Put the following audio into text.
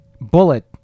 Bullet